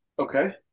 Okay